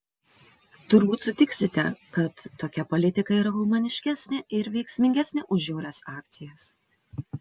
turbūt sutiksite kad tokia politika yra humaniškesnė ir veiksmingesnė už žiaurias akcijas